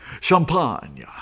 champagne